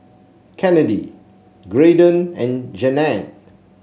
Kennedy Graydon and Jannette